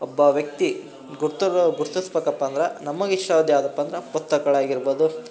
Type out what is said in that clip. ಒಬ್ಬ ವ್ಯಕ್ತಿ ಗುರುತಿಸ್ಬೇಕಪ್ಪ ಅಂದ್ರೆ ನಮಗಿಷ್ಟವಾದ ಯಾವುದಪ್ಪ ಅಂದ್ರೆ ಪುಸ್ತಕಗಳಾಗಿರ್ಬೋದು